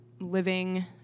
living